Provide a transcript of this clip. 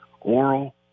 Oral